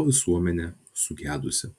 o visuomenė sugedusi